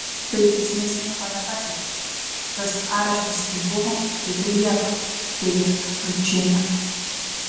tai iš esmės nieko nepakeičia tas areštas kaip buvo taip ir lieka teigia ručienė